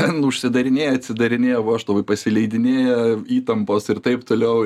ten užsidarinėja atsidarinėja vožtuvai pasileidinėja įtampos ir taip toliau